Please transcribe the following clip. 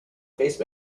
face